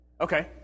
Okay